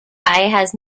has